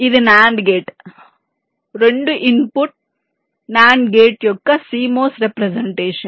ఇది NAND gate రెండు input NAND gate యొక్క CMOS రిప్రజెంటేషన్